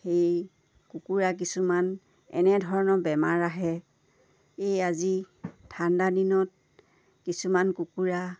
সেই কুকুৰা কিছুমান এনেধৰণৰ বেমাৰ আহে এই আজি ঠাণ্ডা দিনত কিছুমান কুকুৰা